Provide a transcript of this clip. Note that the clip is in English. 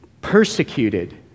Persecuted